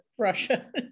Russia